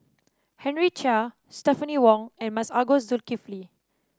Henry Chia Stephanie Wong and Masagos Zulkifli